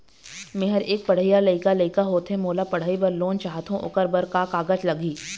मेहर एक पढ़इया लइका लइका होथे मोला पढ़ई बर लोन चाहथों ओकर बर का का कागज लगही?